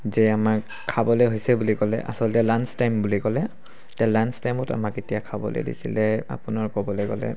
যে আমাক খাবলৈ হৈছে বুলি ক'লে আচলতে লান্স টাইম বুলি ক'লে তে লান্স টাইমত আমাক তেতিয়া খাবলৈ দিছিলে আপোনাৰ ক'বলৈ গ'লে